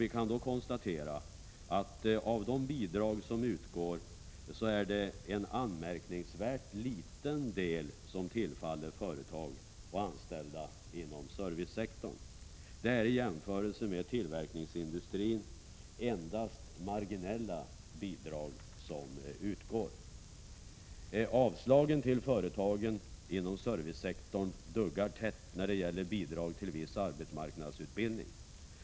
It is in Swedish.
Vi kan då konstatera att av de bidrag som utgår så är det en anmärkningsvärt liten del som tillfaller företag och anställda inom servicesektorn. Det är i jämförelse med tillverkningsindustrin endast marginella bidrag som utgår. Avslagen till företag inom servicesektorn duggar tätt när det gäller bidrag till viss arbetsmarknadsutbildning.